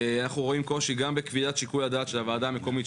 אנחנו רואים קושי גם בקביעת שיקול הדעת של הוועדה המקומית.